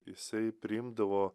jisai priimdavo